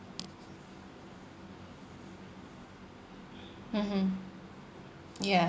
mmhmm ya